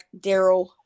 Daryl